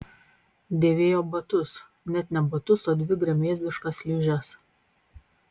dėvėjo batus net ne batus o dvi gremėzdiškas ližes